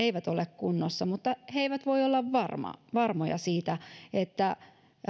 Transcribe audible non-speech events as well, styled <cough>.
<unintelligible> eivät ole kunnossa mutta he eivät voi olla varmoja varmoja siitä